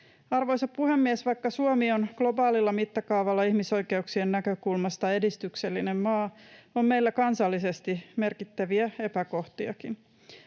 Arvoisa puhemies! Vaikka Suomi on globaalilla mittakaavalla ihmisoikeuksien näkökulmasta edistyksellinen maa, on meillä kansallisesti merkittäviä epäkohtiakin.